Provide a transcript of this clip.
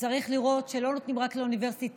צריך לראות שלא נותנים רק לאוניברסיטאות.